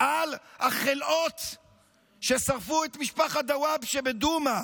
על החלאות ששרפו את משפחת דוואבשה בדומא.